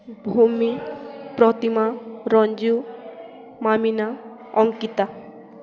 Bhumi Pratima Ranju Mamina Ankita